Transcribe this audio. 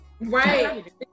Right